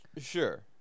Sure